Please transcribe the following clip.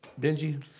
Benji